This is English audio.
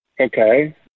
Okay